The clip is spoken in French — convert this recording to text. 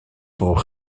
pour